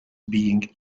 being